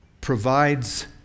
provides